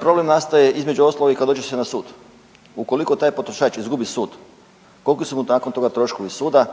Problem nastaje između ostaloga i kada dođe se na sud. Ukoliko taj potrošač izgubi sud koliki su mu nakon toga troškovi suda?